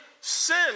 sin